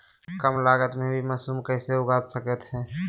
कम लगत मे भी मासूम कैसे उगा स्केट है?